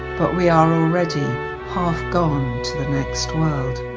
but we are already half gone to the next world.